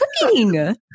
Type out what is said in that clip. cooking